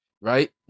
right